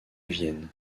vienne